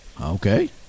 Okay